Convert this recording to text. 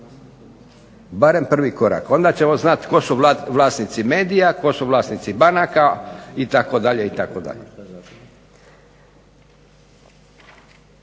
barem prvi korak. Onda ćemo znati tko su vlasnici medija, tko su vlasnici banaka, itd.,